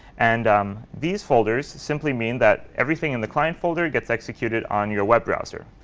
and um these folders simply mean that everything in the client folder gets executed on your web browser.